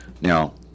Now